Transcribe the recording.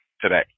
today